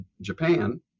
Japan